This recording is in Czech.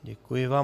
Děkuji vám.